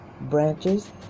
branches